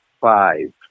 five